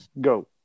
go